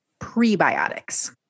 prebiotics